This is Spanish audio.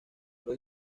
los